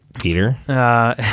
peter